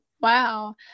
Wow